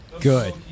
Good